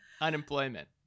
unemployment